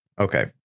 okay